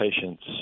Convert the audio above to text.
patients